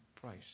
price